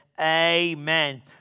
amen